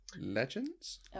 Legends